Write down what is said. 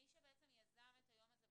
מי שיזם את היום הזה,